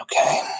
Okay